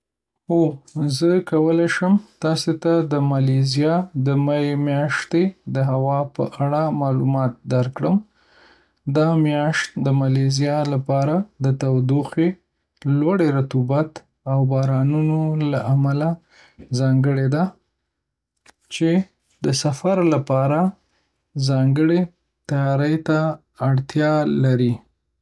هو، زه کولی شم تاسو ته د مالیزیا د می میاشتې د هوا په اړه معلومات درکړم. دا میاشت د مالیزیا لپاره د تودوخې، لوړې رطوبت، او بارانونو له امله ځانګړې ده، چې د سفر لپاره ځانګړې تیاري ته اړتیا لري.